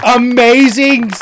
amazing